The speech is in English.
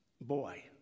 boy